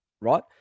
right